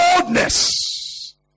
Boldness